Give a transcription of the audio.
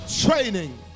training